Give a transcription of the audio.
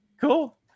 cool